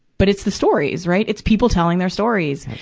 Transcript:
but it's the stories, right? it's people telling their stories.